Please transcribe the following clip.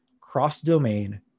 cross-domain